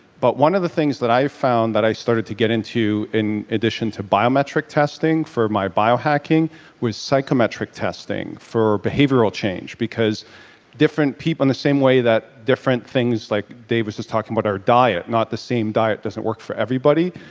but one of the things that i've found that i started to get into in addition to biometric testing for my biohacking was psychometric testing for behavioral change because different people in the same way that different things like dave was just talking about our diet, not the same diet doesn't work for everybody.